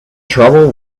trouble